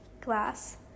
glass